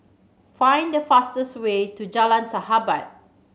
find the fastest way to Jalan Sahabat